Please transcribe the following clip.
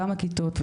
כמה כיתות?